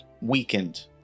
weakened